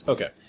Okay